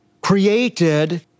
created